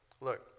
Look